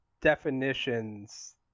definitions